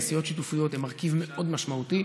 נסיעות שיתופיות הן מרכיב מאוד משמעותי,